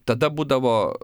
tada būdavo